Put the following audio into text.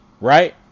Right